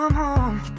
home